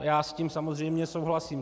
Já s tím samozřejmě souhlasím.